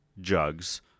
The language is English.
jugs